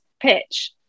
pitch